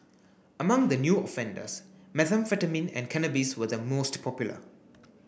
among the new offenders methamphetamine and cannabis were the most popular